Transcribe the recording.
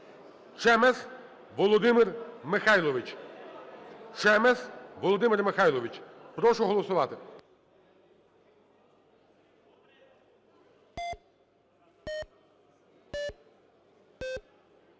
Чемес Володимир Михайлович. Прошу голосувати.